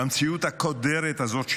במציאות הקודרת הזאת שלנו,